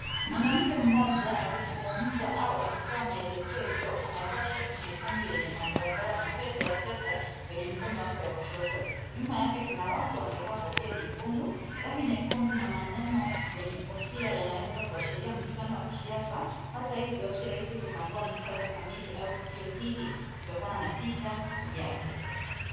Mwanamke mmoja akizungumza au akitoa maelekezo anavaa shati nyekundu yenye madoadoa na pete ya fedha kwenye mkono wake wa kushoto. Nyuma yake kuna watu wamevaa kofia nyekundu, rangi nyekundu na maneno kwenye kofia yanaweza kuashiria mkutano wa kisiasa. Hata hivyo, si rahisi kutambua muktadha kamili au tukio hili kutokana na picha yake.